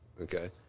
Okay